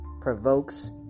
provokes